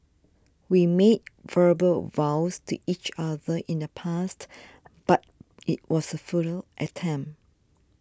we made verbal vows to each other in the past but it was a futile attempt